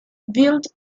built